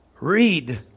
read